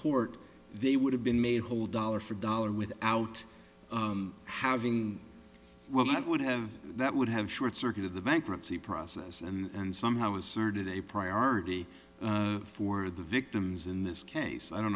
court they would have been made whole dollar for dollar without having well that would have that would have short circuited the bankruptcy process and somehow inserted a priority for the victims in this case i don't